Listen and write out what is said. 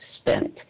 spent